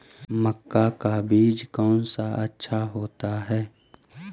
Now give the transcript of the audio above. मक्का का बीज कौन सा अच्छा होता है?